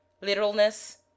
literalness